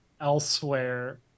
elsewhere